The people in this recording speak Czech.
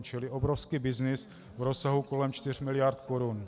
Čili obrovský byznys v rozsahu kolem 4 miliard korun.